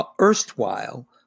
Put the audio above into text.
erstwhile